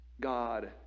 God